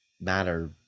matter